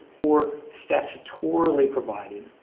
or statutorily provided